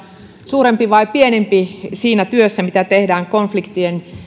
suurempi vai pienempi siinä työssä mitä tehdään konfliktien